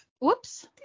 Whoops